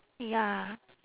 ya